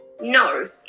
No